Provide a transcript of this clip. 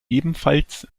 ebenfalls